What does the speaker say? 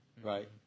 Right